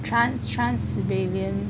trans siberian